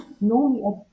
normally